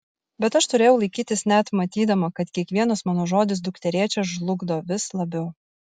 bet aš turėjau laikytis net matydama kad kiekvienas mano žodis dukterėčią žlugdo vis labiau